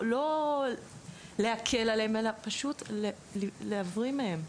לא להקל עליהן אלא פשוט להבריא מהן.